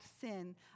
sin